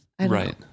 Right